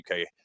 UK